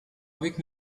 avec